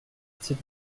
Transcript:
cette